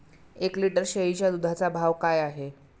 एक लिटर शेळीच्या दुधाचा भाव काय आहे?